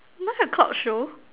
nine o-clock show